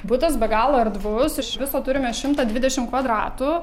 butas be galo erdvus iš viso turime šimtą dvidešim kvadratų